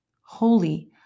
holy